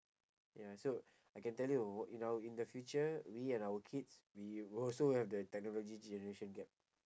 ya so I can tell you in our in the future we and our kids we will also have the technology generation gap